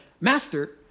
master